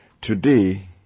Today